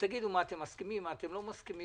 תגידו למה אתם מסכימים, למה אתם לא מסכימים.